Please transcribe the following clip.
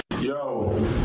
Yo